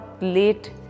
late